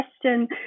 question